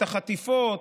את החטיפות,